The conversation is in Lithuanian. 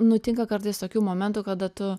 nutinka kartais tokių momentų kada tu